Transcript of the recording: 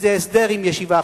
איזה הסדר עם ישיבה.